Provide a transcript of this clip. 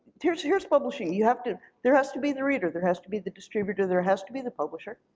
here's here's publishing. you have to, there has to be the reader, there has to be the distributor, there has to be the publisher.